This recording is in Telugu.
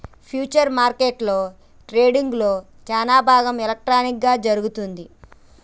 ఫ్యూచర్స్ మార్కెట్లో ట్రేడింగ్లో సానాభాగం ఎలక్ట్రానిక్ గా జరుగుతుంది